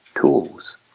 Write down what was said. tools